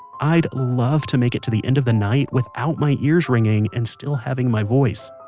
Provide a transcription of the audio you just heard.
i'd love to make it to the end of the night without my ears ringing and still having my voice.